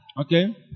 Okay